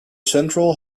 central